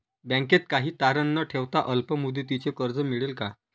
बँकेत काही तारण न ठेवता अल्प मुदतीचे कर्ज मिळेल का?